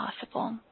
possible